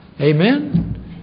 Amen